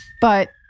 But-